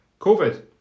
Covid